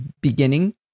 beginning